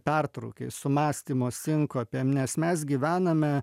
pertrūkiais su mąstymo sinkopėm nes mes gyvename